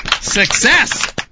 Success